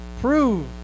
prove